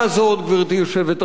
גברתי היושבת-ראש,